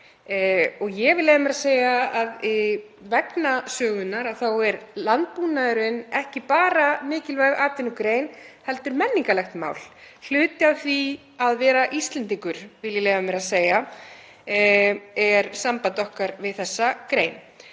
og ég vil leyfa mér að segja að vegna sögunnar er landbúnaðurinn ekki bara mikilvæg atvinnugrein heldur menningarlegt mál, hluti af því að vera Íslendingur er samband okkar við þessa grein.